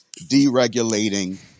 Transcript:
deregulating